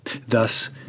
Thus